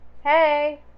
Hey